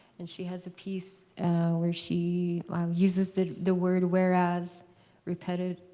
and she has a piece where she uses the the word whereas repetitively,